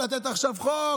לתת עכשיו חוק,